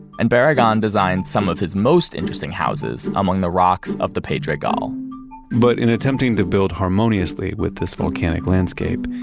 and barragan designed some of his most interesting houses among the rocks of the pedregal but in attempting to build harmoniously with this volcanic landscape,